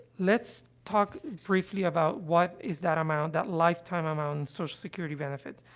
let's talk, briefly, about, what is that amount, that lifetime amount in social security benefits.